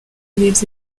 lives